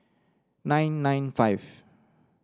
nine nine five